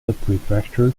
subprefecture